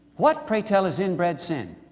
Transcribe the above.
what, pray tell, is inbred sin?